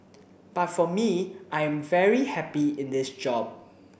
but for me I am very happy in this job